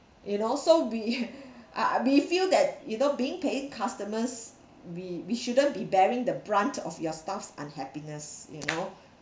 you know so we I we feel that you know being paying customers we we shouldn't be bearing the brunt of your staff's unhappiness you know